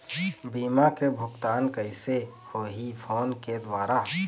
बीमा के भुगतान कइसे होही फ़ोन के द्वारा?